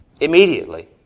Immediately